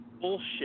bullshit